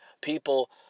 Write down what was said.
people